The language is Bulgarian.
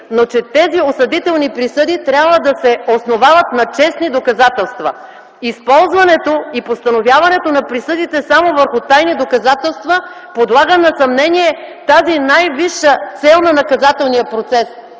но че тези осъдителни присъди трябва да се основават на честни доказателства. Използването и постановяването на присъдите само върху тайни доказателства подлага на съмнение тази най-висша цел на наказателния процес,